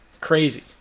crazy